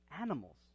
animals